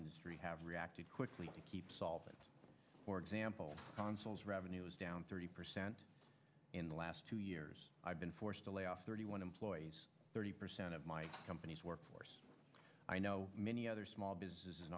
industry have reacted quickly keep solvent for example consuls revenue is down thirty percent in the last two years i've been forced to lay off thirty one employees thirty percent of my company's workforce i know many other small businesses in